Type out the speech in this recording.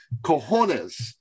cojones